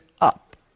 up